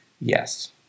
Yes